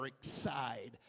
side